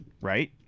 right